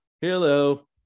hello